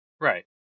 Right